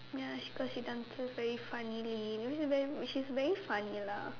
ya she cause she dances very funnily you know she's a very she's very funny lah